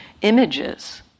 images